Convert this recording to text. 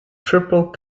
triple